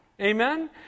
Amen